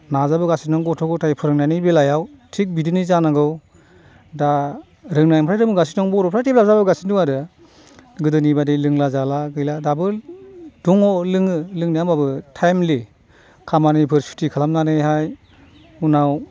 नाजाबोगासिनो दं गथ' गथायनि फोरोंनायनि बेलायाव थिख बिदिनो जानांगौ दा रोंनायनिफ्राय रोंगासिनो दं बर'फ्रा डेभेलप जाबोगासिनो दङ आरो गोदोनि बायदि लोंला जाला गैला दाबो दङ लोङो लोंनाया होमब्लाबो टाइमलि खामानिफोर सुथि खालामनानैहाय उनाव